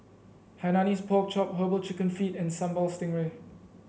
Hainanese Pork Chop herbal chicken feet and Sambal Stingray